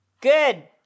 Good